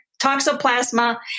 toxoplasma